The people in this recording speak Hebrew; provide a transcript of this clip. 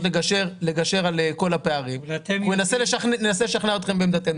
לגשר על כל הפערים וננסה לשכנע אתכם בעמדתנו.